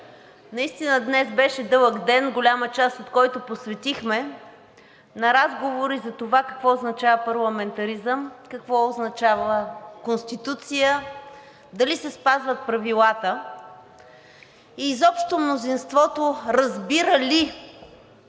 наистина днес беше дълъг ден, голяма част от който посветихме на разговори за това какво означава парламентаризъм, какво означава Конституция, дали се спазват правилата и изобщо мнозинството разбира ли